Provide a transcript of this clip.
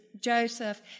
Joseph